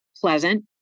pleasant